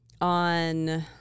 on